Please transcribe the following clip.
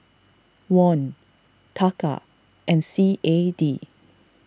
Won Taka and C A D